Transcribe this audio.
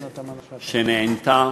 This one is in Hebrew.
שנענתה